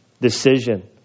decision